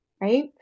right